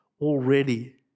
already